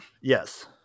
Yes